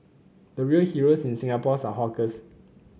the real heroes in Singapore are hawkers